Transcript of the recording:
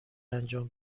انجام